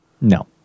No